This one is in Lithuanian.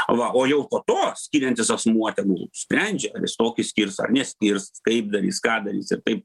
va o jau po to skiriantis asmuo tegul sprendžia ar jis tokį skirs ar neskirs kaip darys ką darys ir taip